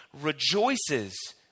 rejoices